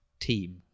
team